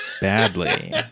badly